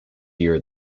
year